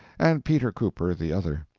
and peter cooper the other.